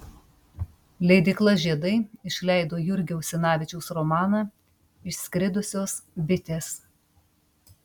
leidykla žiedai išleido jurgio usinavičiaus romaną išskridusios bitės